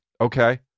Okay